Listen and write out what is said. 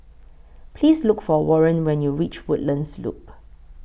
Please Look For Warren when YOU REACH Woodlands Loop